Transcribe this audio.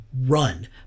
run